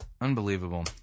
Unbelievable